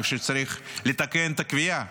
אני חושב צריך לתקן את הקביעה: